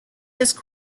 this